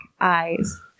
eyes